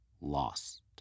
lost